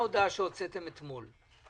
זו ההודעה שהוצאתם אתמול.